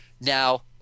Now